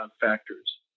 factors